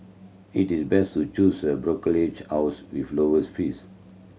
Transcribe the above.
it is best to choose a brokerage house with lowest fees